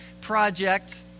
project